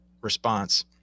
response